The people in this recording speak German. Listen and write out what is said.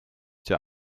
dir